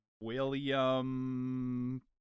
William